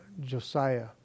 Josiah